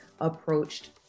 approached